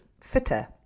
fitter